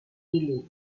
league